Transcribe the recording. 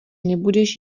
nebudeš